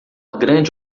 grande